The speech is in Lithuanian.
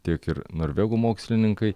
tiek ir norvegų mokslininkai